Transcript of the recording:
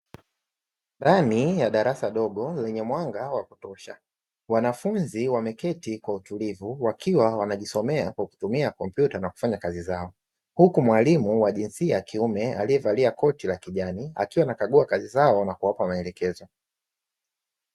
Ndani ya darasa dogo lenye mwanga wa kutosha, wanafunzi wameketi kwa utulivu wakiwa wajisomea kwa kutumia kompyuta na kufanya kazi zao, huku mwalimu wa jinsia ya kiume aliyevalia koti la kijani akiwa anakagua kazi zao na kuwapa maelekezo.